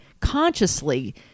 consciously